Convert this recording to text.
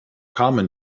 common